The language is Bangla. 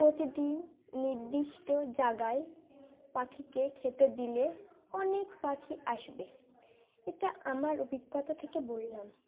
প্রতিদিন নির্দিষ্ট জায়গায় পাখিকে খেতে দিলে অনেক পাখি আসবে এটা আমার অভিজ্ঞতা থেকে বললাম